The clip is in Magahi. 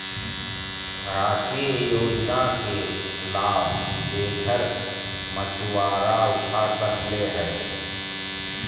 राष्ट्रीय योजना के लाभ बेघर मछुवारा उठा सकले हें